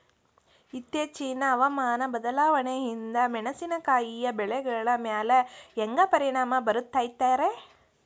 ಇತ್ತೇಚಿನ ಹವಾಮಾನ ಬದಲಾವಣೆಯಿಂದ ಮೆಣಸಿನಕಾಯಿಯ ಬೆಳೆಗಳ ಮ್ಯಾಲೆ ಹ್ಯಾಂಗ ಪರಿಣಾಮ ಬೇರುತ್ತೈತರೇ?